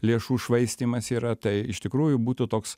lėšų švaistymas yra tai iš tikrųjų būtų toks